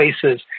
places